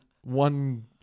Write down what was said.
one